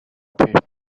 pavement